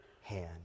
hand